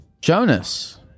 Jonas